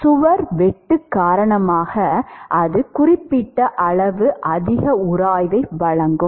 சுவர் வெட்டு காரணமாக அது குறிப்பிடத்தக்க அளவு அதிக உராய்வை வழங்குகிறது